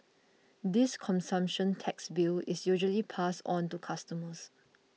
this consumption tax bill is usually passed on to customers